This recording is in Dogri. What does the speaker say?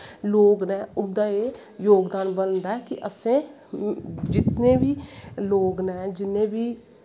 लोग नै उंदा एह् योगदान बनदा कि एह् जित्थें बी लोग नै जिन्ने बी